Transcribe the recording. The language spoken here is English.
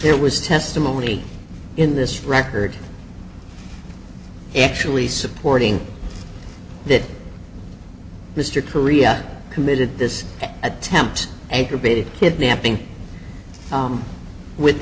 there was testimony in this record actually supporting that mr korea committed this attempt aggravated kidnapping with